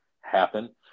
happen